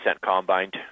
combined